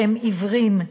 שהם עיוורים.